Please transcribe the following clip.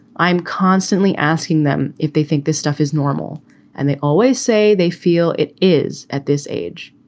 i'm constantly asking them if they think this stuff is normal and they always say they feel it is. at this age,